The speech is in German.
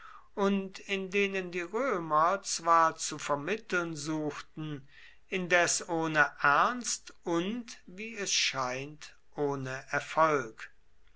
und in denen die römer zwar zu vermitteln suchten indes ohne ernst und wie es scheint ohne erfolg